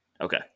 Okay